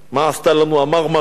מה עשתה לנו ה"מרמרה"?